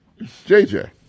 JJ